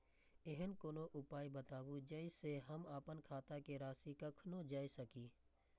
ऐहन कोनो उपाय बताबु जै से हम आपन खाता के राशी कखनो जै सकी?